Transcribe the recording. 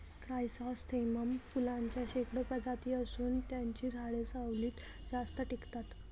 chrysanthemum फुलांच्या शेकडो प्रजाती असून त्यांची झाडे सावलीत जास्त टिकतात